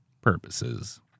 purposes